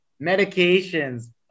medications